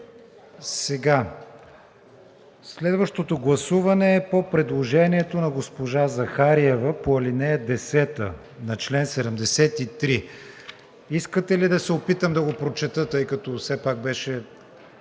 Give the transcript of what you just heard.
Следващото гласуване е по предложението на госпожа Захариева по ал. 10 на чл. 73. Искате ли да се опитам да го прочета? (Реплики: „Не“.) Не.